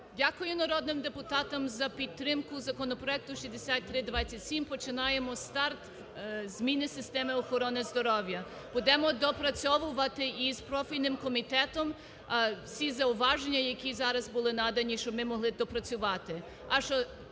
Дякую, народним депутатам за підтримку законопроекту 6327, починаємо старт і з зміни системи охорони здоров'я. Будемо доопрацьовувати із профільним комітетом всі зауваження зараз, які були надані, щоб ми могли доопрацювати.